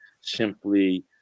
simply